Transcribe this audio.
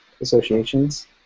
associations